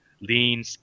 lean